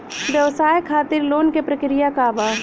व्यवसाय खातीर लोन के प्रक्रिया का बा?